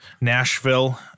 Nashville